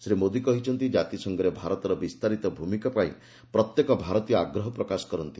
ଶ୍ରୀ ମୋଦୀ କହିଛନ୍ତି ଜାତିସଂଘରେ ଭାରତର ବିସ୍ତାରିତ ଭୂମିକା ପାଇଁ ପ୍ରତ୍ୟେକ ଭାରତୀୟ ଆଗ୍ରହ ପ୍ରକାଶ କରନ୍ତି